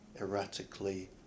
erratically